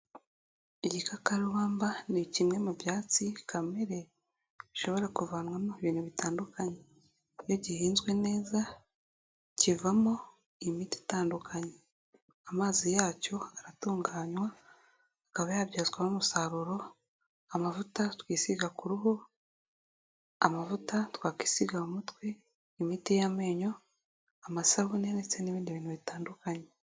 Igikakarubamba ni kimwe mu byatsi kamere bishobora kuvanwamo ibintu bitandukanye. Iyo gihinzwe neza kivamo imiti itandukanye. Amazi yacyo aratunganywa akaba yabyazwamo umusaruro amavuta twisiga ku ruhu, amavuta twakwisiga mu mutwe, imiti y'amenyo, amasabune ndetse n'ibindi bintu bitandukanye.